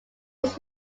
his